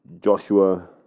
Joshua